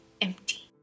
empty